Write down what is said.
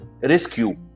rescue